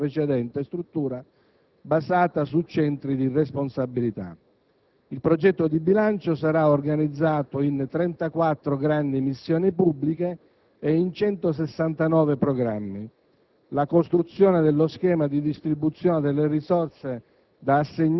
l'utilizzo di una nuova classificazione che innova profondamente la precedente struttura basata su centri di responsabilità. Il progetto di bilancio sarà organizzato in 34 grandi missioni pubbliche e in 169 programmi: